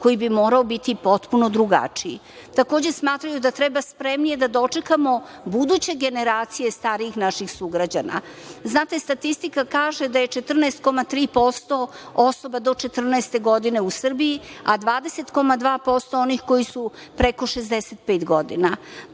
koji bi morao biti potpuno drugačije. Takođe, smatraju da treba spremnije da dočekamo buduće generacije starijih naših sugrađana. Znate, statistika kaže da je 14,3% osoba do 14. godine u Srbiji, a 20,2% onih koji su preko 65 godina.